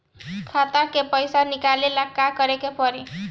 खाता से पैसा निकाले ला का करे के पड़ी?